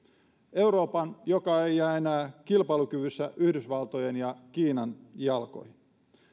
euroopan joka ei jää enää kilpailukyvyssä yhdysvaltojen ja kiinan jalkoihin